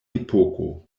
epoko